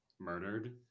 murdered